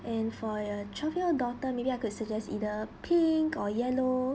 and for your twelve year old daughter maybe I could suggest either pink or yellow